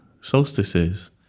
solstices